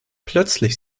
plötzlich